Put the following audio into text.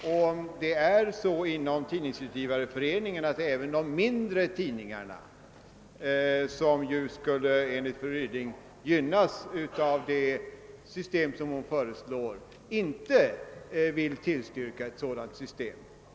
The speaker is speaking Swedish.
Inom Tidningsutgivareföreningen har det visat sig att även de mindre tidningarna som enligt fru Ryding skulle gynnas av det system som hon föreslagit, inte vill tillstyrka ett sådant system.